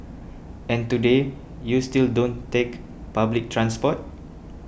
and today you still don't take public transport